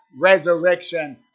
resurrection